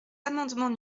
amendements